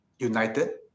united